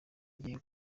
igiye